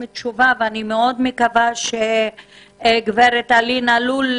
תשובה ואני מקווה מאוד שגברת אלין אלול,